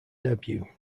debut